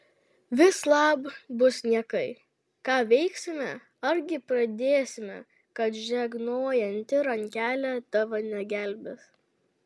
vislab bus niekai ką veiksime argi pradėsime kad žegnojanti rankelė tavo negelbės